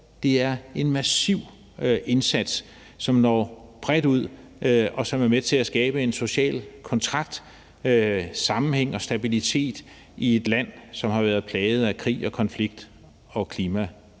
Det er en massiv indsats, som når bredt ud, og som er med til at skabe en social kontrakt og sammenhæng og stabilitet i et land, som har været plaget af krig og konflikt og